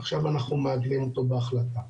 ועכשיו אנחנו מעגנים אותו בהחלטה.